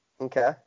Okay